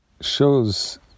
shows